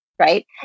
Right